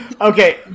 Okay